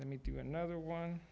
let me do another one